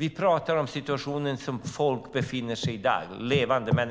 Vi talar om den situation som folk i dag befinner